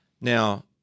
Now